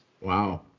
Wow